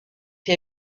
qui